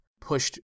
pushed